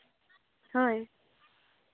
ᱦᱳᱭ